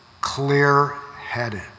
clear-headed